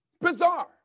Bizarre